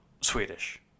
swedish